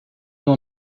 you